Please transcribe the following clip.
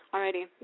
Alrighty